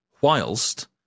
whilst